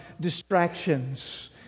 distractions